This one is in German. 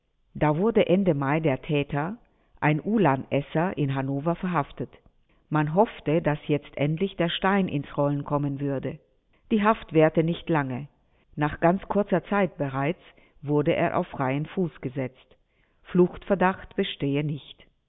da wurde ende mai der täter ein ulan esser in hannover verhaftet man hoffte daß jetzt endlich der stein ins rollen kommen würde die haft währte nicht lange nach ganz kurzer zeit bereits wurde er auf freien fuß gesetzt fluchtverdacht bestehe nicht